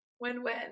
Win-win